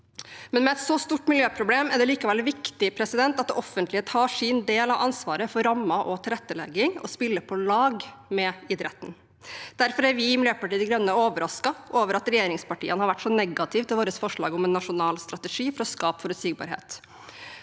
Med et så stort miljøproblem er det likevel viktig at det offentlige tar sin del av ansvaret for rammer og tilrettelegging og spiller på lag med idretten. Derfor er vi i Miljøpartiet De Grønne overrasket over at regjeringspartiene har vært så negative til vårt forslag om en nasjonal strategi for å skape forutsigbarhet.